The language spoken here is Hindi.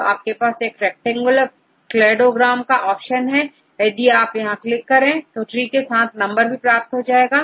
तो आपके पास एक रैक्टेंगुलर क्लेडोग्राम का ऑप्शन है यदि आप यहां पर क्लिक करें तो ट्री के साथ नंबर भी प्राप्त हो जाते हैं